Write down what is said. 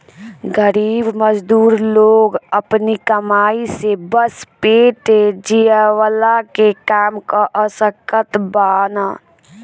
गरीब मजदूर लोग अपनी कमाई से बस पेट जियवला के काम कअ सकत बानअ